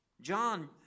John